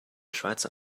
schweizer